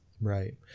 right